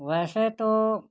वैसे तो